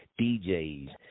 DJs